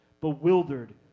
bewildered